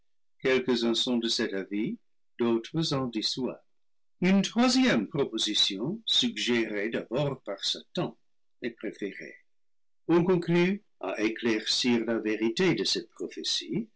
quelques-uns sont de cet avis d'autres en dissuadent une troisième proposition suggérée d'abord par satan est préférée on conclut à éclaircir la vérité de cette prophétie